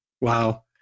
Wow